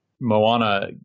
Moana